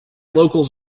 locals